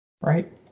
right